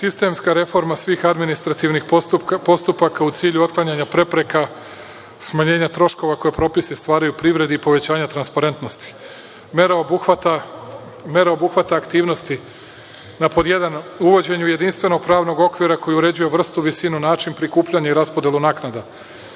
Vlade. Sistemska reforma svih administrativnih postupaka u cilju otklanjanja prepreka, smanjenja troškova koje stvaraju privredi i povećanje transparentnosti. Mera obuhvata aktivnosti na pod jedan - uvođenje jedinstvenog pravnog okvira koji uređuje vrstu, visinu, način prikupljanja i raspodelu naknada.